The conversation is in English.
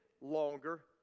longer